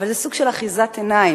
אבל זה סוג של אחיזת עיניים,